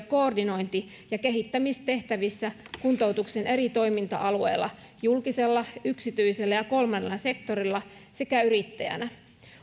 koordinointi ja kehittämistehtävissä kuntoutuksen eri toiminta alueilla julkisella yksityisellä ja kolmannella sektorilla sekä yrittäjänä